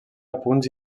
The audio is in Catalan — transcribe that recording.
apunts